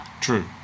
True